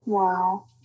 Wow